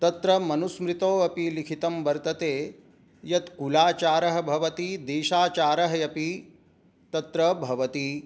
तत्र मनुस्मृतौ अपि लिखितं वर्तते यत् कुलाचारः भवति देशाचारः अपि तत्र भवति